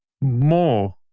more